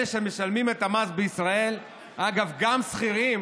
אלה שמשלמים את המס בישראל, אגב, גם שכירים